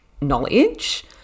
knowledge